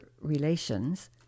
relations